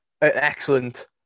excellent